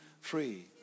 free